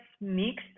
mixed